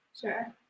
Sure